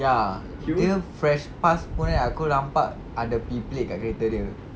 ya dia fresh pass pun eh aku nampak ada P plate kat kereta dia